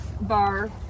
bar